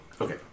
Okay